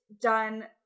done